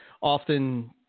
Often